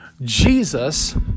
Jesus